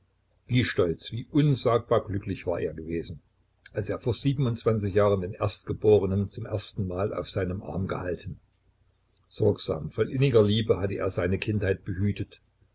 wie stolz wie unsagbar glücklich war er gewesen als er vor jahren den erstgeborenen zum ersten mal auf seinem arm gehalten sorgsam voll inniger liebe hatte er seine kindheit behütet